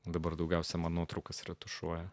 dabar daugiausiai man nuotraukas retušuoja